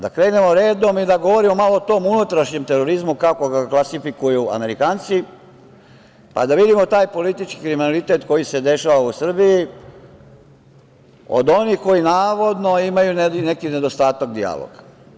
Da krenemo redom i da govorimo malo o tom unutrašnjem terorizmu, kako ga klasifikuju Amerikanci, pa da vidimo taj politički kriminalitet koji se dešava u Srbiji od onih koji navodno imaju neki nedostatak dijaloga.